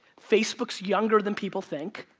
facebook's younger than people think,